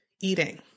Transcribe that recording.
eating